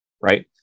right